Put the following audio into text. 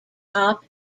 top